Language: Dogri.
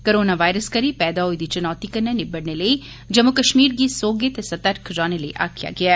कोरोना वायरस करी पैदा होई दी चुनौती कन्नै निबड़ने लेई जम्मू कश्मीर गी सौहगे ते सतर्क रौहने लेई आक्खेआ गेआ ऐ